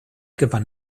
gewann